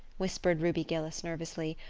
whispered ruby gillis nervously,